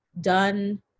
done